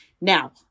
Now